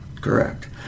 correct